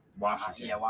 Washington